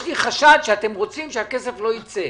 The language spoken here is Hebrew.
יש לי חשד שאתם רוצים שהכסף לא יצא.